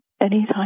anytime